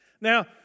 Now